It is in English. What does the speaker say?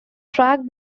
track